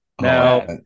Now